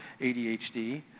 ADHD